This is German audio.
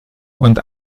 und